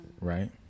right